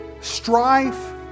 strife